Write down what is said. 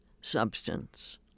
substance